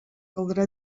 caldrà